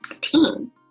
team